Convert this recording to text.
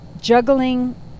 juggling